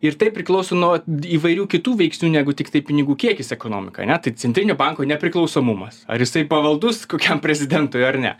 ir tai priklauso nuo įvairių kitų veiksnių negu tiktai pinigų kiekis ekonomikoj ane tai centrinio banko nepriklausomumas ar jisai pavaldus kokiam prezidentui ar ne